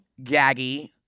Gaggy